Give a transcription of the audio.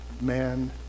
man